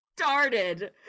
started